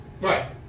Right